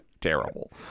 terrible